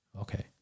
Okay